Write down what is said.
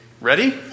ready